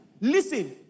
Listen